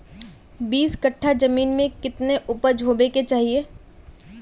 बीस कट्ठा जमीन में कितने उपज होबे के चाहिए?